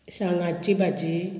सांगाची भाजी